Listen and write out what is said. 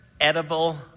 edible